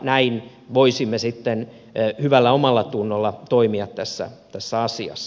näin voisimme sitten hyvällä omallatunnolla toimia tässä asiassa